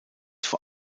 vor